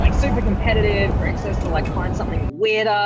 like super competitive, breaks us to like find something weirder.